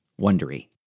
Wondery